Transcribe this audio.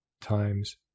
times